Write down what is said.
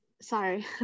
Sorry